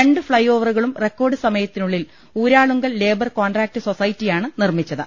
രണ്ട് ഫ്ളൈ ഓവറുകളും റെക്കോർഡ് സമയത്തിനുള്ളിൽ ഊരാളുങ്കൽ ലേബർ കോൺട്രാക്റ്റ് സൊസൈറ്റിയാണ് നിർമ്മിച്ചത്